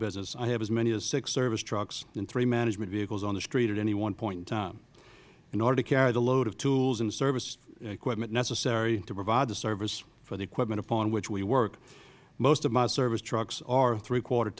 business i have as many as six service trucks and three management vehicles on the street at any one point in time in order to carry the load of tools and service equipment necessary to provide the service for the equipment upon which we work most of my service trucks are three quarter